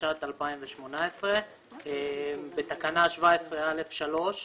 התשע"ט-2018 " בתקנה 17(א)(3)